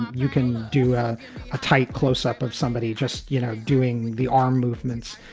you can do a tight close up of somebody just, you know, doing the arm movements.